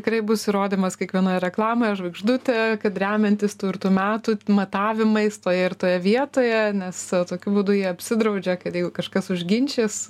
tikrai bus įrodymas kiekvienoj reklamoje žvaigždutė kad remiantis tų ir tų metų matavimais toje ir toje vietoje nes tokiu būdu jie apsidraudžia kad jeigu kažkas užginčys